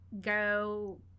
go